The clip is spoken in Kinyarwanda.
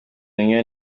mignonne